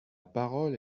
parole